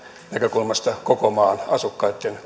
yhdenvertaisuuden näkökulmasta koko maan asukkaitten